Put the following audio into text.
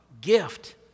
gift